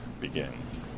begins